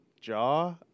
Jaw